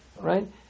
right